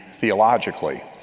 theologically